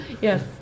Yes